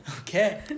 Okay